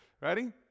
Ready